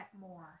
more